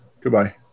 Goodbye